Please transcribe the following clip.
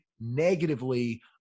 negatively